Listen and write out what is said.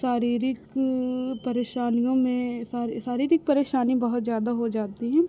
शारीरिक परेशानियों में सारी शारीरिक परेशानी बहुत ज़्यादा हो जाती है